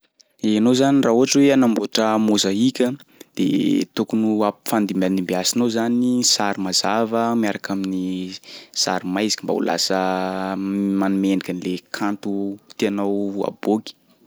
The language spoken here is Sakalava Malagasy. Ianao zany raha ohatry hoe anamboatra môzaika de tokony ho ampifandimbiadimbiasinao zany sary mazava miaraka amin'ny sary maiziky mba ho lasa manome endriky an'le kanto tianao aboaky.